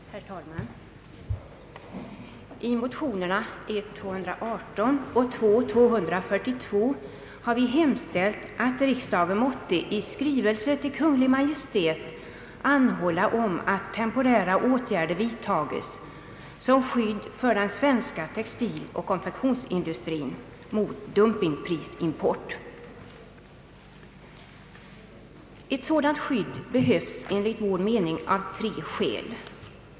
Herr talman! I motionerna I: 218 och II: 242 har vi hemställt att riksdagen måtte i skrivelse till Kungl. Maj:t anhålla om att temporära åtgärder vidtages som skydd för den svenska textiloch konfektionsindustrin mot dumpingprisimport. Ett sådant skydd behövs enligt vår mening av tre skäl.